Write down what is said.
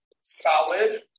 solid